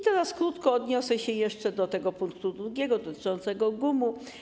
Teraz krótko odniosę się jeszcze do punktu drugiego, dotyczącego GUM-u.